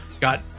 got